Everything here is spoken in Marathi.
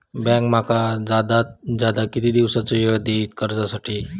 बँक माका जादात जादा किती दिवसाचो येळ देयीत कर्जासाठी?